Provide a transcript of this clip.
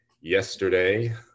yesterday